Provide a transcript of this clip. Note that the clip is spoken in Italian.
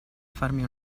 farmi